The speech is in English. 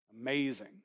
Amazing